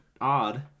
odd